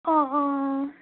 অঁ অঁ